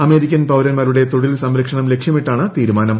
American പൌരന്മാരുടെ തൊഴിൽ സംരക്ഷണം ലക്ഷ്യമിട്ടാണ് ത്രീരുമാനം